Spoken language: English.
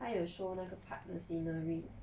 他有 show 那个 park 的 scenery 真的里面 lah ya